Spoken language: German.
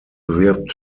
wirbt